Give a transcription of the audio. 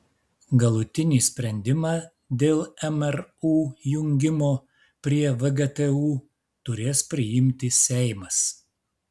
galutinį sprendimą dėl mru jungimo prie vgtu turės priimti seimas